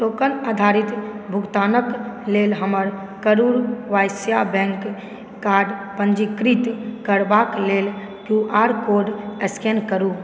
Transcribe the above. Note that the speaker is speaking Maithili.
टोकन आधारित भुगतानक लेल हमर करूर वैश्य बैङ्क कार्ड पञ्जीकृत करबाक लेल क्यू आर कोड स्कैन करू